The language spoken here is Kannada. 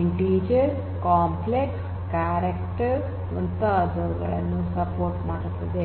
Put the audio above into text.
ಇಂಟಿಜರ್ ಕಾಂಪ್ಲೆಕ್ಸ್ ಕ್ಯಾರೆಕ್ಟರ್ ಮುಂತಾದವುಗಳನ್ನು ಬೆಂಬಲಿಸುತ್ತದೆ